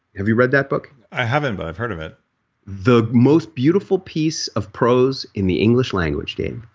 have you read that book? i haven't but i've heard of it the most beautiful piece of prose in the english language, dave.